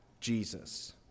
Jesus